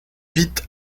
vite